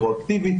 רטרואקטיבית.